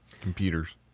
Computers